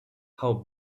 how